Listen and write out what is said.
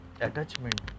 attachment